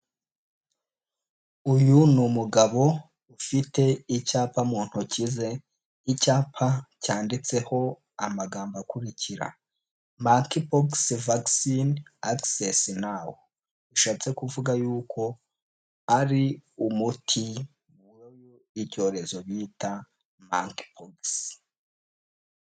Uyu ni umugabo ufite icyapa mu ntoki ze, icyapa cyanditseho amagambo akurikira: " Monkey Pox Vaccine Now " bishatse kuvuga yuko ari umuti muyu icyorezo bita Monkey Pox.